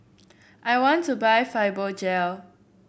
I want to buy Fibogel